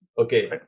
Okay